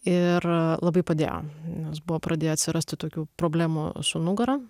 ir labai padėjo nes buvo pradėję atsirasti tokių problemų su nugara